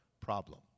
problem